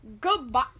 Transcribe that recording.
goodbye